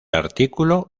artículo